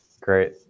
Great